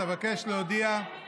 אבקש להודיע, ימינה